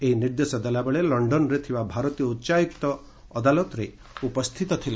ଏହି ନିର୍ଦ୍ଦେଶ ଦେଲାବେଳେ ଲଣ୍ଡନରେ ଥିବା ଭାରତୀୟ ଉଚ୍ଚାୟୁକ୍ତ ଅଦାଲତରେ ଉପସ୍ଥିତ ଥିଲେ